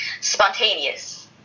spontaneous